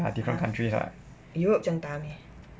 (uh huh) europe 这样大 meh